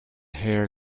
hair